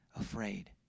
afraid